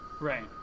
Right